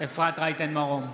אפרת רייטן מרום,